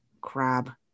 crab